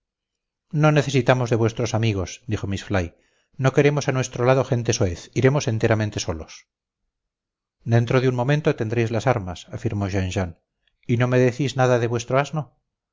no necesitamos de vuestros amigos dijo miss fly no queremos a nuestro lado gente soez iremos enteramente solos dentro de un momento tendréis las armas afirmó jean jean y no me decís nada de vuestro asno